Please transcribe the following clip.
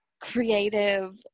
creative